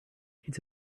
it’s